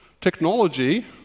Technology